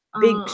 Big